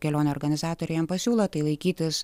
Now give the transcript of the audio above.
kelionių organizatoriai jiem pasiūlo tai laikytis